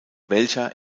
welcher